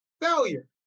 failure